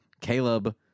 Caleb